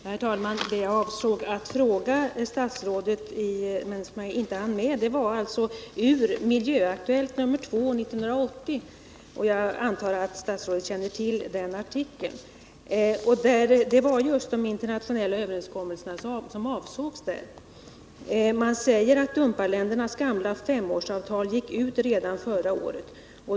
Herr talman! Jag vill ställa en fråga till statsrådet med anledning av en artikel i Miljöaktuellt nr 2 1980. Jag antar att statsrådet känner till den artikeln. Det var just de internationella överenskommelserna som avsågs där, och det står: ”Dumparländernas gamla S5-årsavtal gick ut redan förra året.